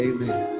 Amen